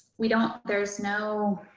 we don't. there's no.